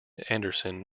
anderson